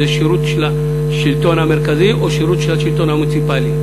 אם זה שירות של השלטון המרכזי או שירות של השלטון המוניציפלי,